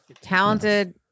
talented